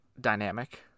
dynamic